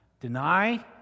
Deny